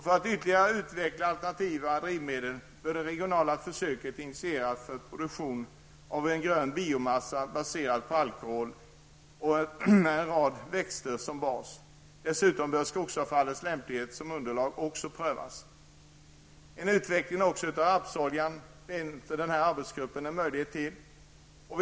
För att ytterligare utveckla alternativa drivmedel bör regionala försök initieras för produktion av en grön biomassa baserad på alkohol och en rad växter som bas. Dessutom bör också skogsavfallets lämplighet som underlag prövas. En utveckling av rapsoljan ser arbetsgruppen som ännu en möjlighet.